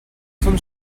from